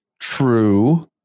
true